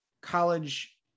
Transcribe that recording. college